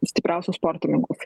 stipriausius sportininkus